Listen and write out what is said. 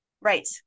Right